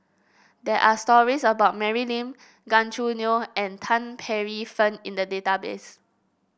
there are stories about Mary Lim Gan Choo Neo and Tan Paey Fern in the database